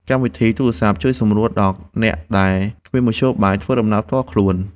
កម្មវិធីទូរសព្ទ ជួយសម្រួលដល់អ្នកដែលគ្មានមធ្យោបាយធ្វើដំណើរផ្ទាល់ខ្លួន។